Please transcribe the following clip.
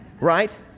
Right